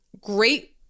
Great